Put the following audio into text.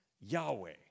Yahweh